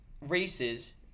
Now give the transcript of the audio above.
races